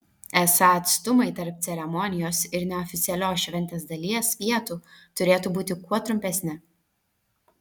esą atstumai tarp ceremonijos ir neoficialios šventės dalies vietų turėtų būti kuo trumpesni